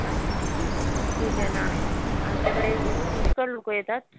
अच् छा छा ठीक आहे ना आमच्याकडे पुष्कळ लोक येतात